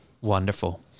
Wonderful